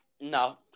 No